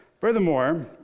Furthermore